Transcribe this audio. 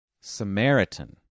Samaritan